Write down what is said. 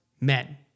men